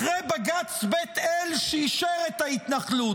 אחרי בג"ץ בית אל, שאישר את ההתנחלות,